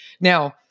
Now